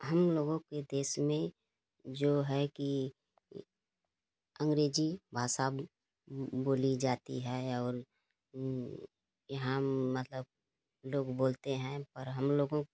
हम लोगों के देश में जो है कि अंग्रेज़ी भाषा बोली जाती है और ये यहाँ मतलब लोग बोलते हैं पर हम लोगों